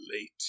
late